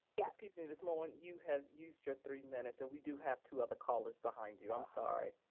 yeah excuse me, ms. moen? you have used your three minutes and we do have two other callers behind you, i'm sorry.